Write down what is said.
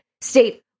state